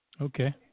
Okay